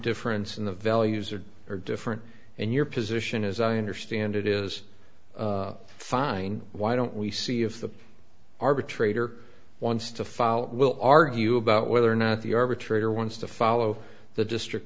difference in the values are are different and your position as i understand it is fine why don't we see if the arbitrator wants to file we'll argue about whether or not the arbitrator wants to follow the district